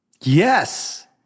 Yes